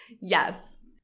Yes